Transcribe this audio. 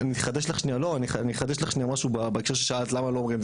אני אחדש לך שנייה משהו בהקשר ששאלת למה לא אומרים,